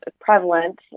prevalent